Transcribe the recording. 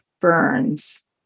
burns